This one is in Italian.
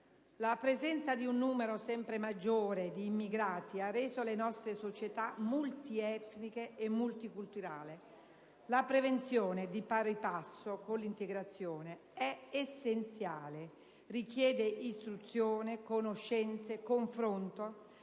La presenza di un numero sempre maggiore di immigrati ha reso le nostre società multietniche e multiculturali. La prevenzione, di pari passo con l'integrazione, è essenziale; richiede istruzione, conoscenze e confronto;